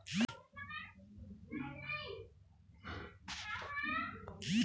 शेवटचे दहा व्यवहार पाहण्यासाठी मला फक्त मिनी स्टेटमेंट तयार करावे लागेल